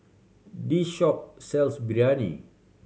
this shop sells Biryani